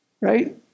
right